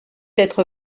être